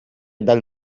dal